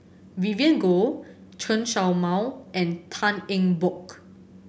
Vivien Goh Chen Show Mao and Tan Eng Bock